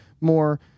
more